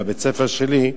בבית-הספר שלי,